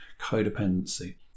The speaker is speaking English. codependency